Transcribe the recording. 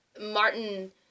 Martin